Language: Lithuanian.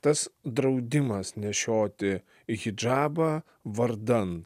tas draudimas nešioti hidžabą vardan